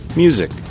music